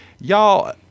Y'all